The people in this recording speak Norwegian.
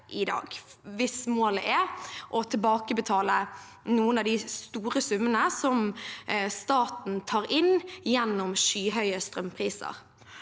vedtaket, hvis målet er å tilbakebetale noen av de store summene som staten tar inn gjennom skyhøye strømpriser.